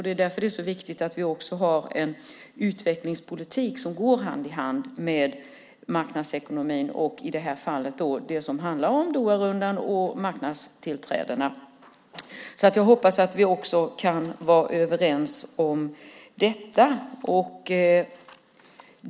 Det är därför det är så viktigt att vi har en utvecklingspolitik som går hand i hand med marknadsekonomin och, i det här fallet, det som handlar om Doharundan och marknadstillträdena. Jag hoppas att vi kan vara överens om också detta.